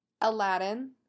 Aladdin